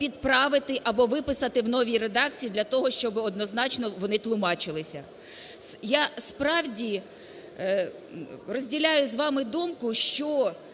підправити або виписати в новій редакції для того, щоби однозначно вони тлумачилися. Я, справді, розділяю з вами думку, що